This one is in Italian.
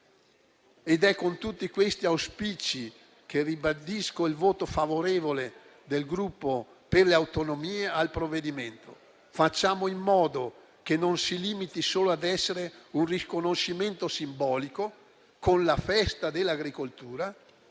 È con tutti questi auspici che ribadisco il voto favorevole del Gruppo per le Autonomie al provvedimento. Facciamo in modo che non si limiti ad essere un riconoscimento simbolico, con la festa dell'agricoltura